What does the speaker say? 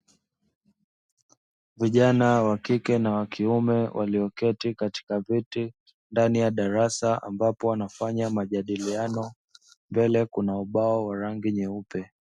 Vijana wakike na wakiume walioketi katika viti ndani ya darasa ambapo wanafanya majadiliano mbele kuna ubao wa rangi nyeupe.